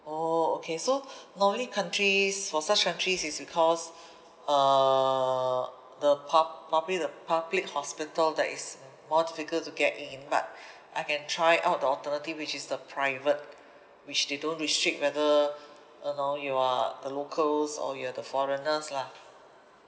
oh okay so normally countries for such countries is because uh the po~ probably the public hospital that is more difficult to get in but I can try out the alternative which is the private which they don't restrict whether you know you are the locals or you're the foreigners lah